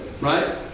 right